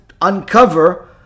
uncover